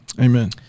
Amen